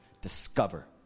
Discover